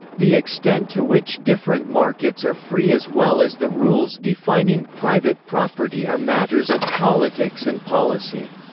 the extent to which different markets are free as well as the rules defining private property are matters of politics and policy.